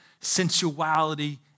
sensuality